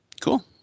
Cool